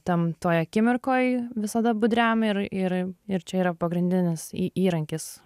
tam toj akimirkoj visada budriam ir ir ir čia yra pagrindinis įrankis